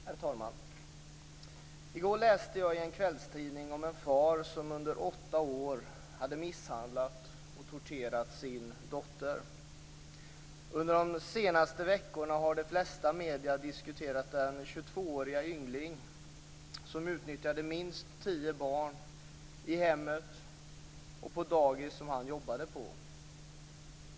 Herr talman! I går läste jag i en kvällstidning om en far som under åtta år hade misshandlat och torterat sin dotter. Under de senaste vekorna har de flesta medier diskuterat den 22-årige yngling som utnyttjat minst tio barn både i hemmet och på de dagis som han jobbat på.